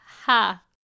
Ha